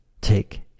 take